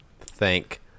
Thank